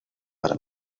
para